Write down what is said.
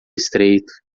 estreito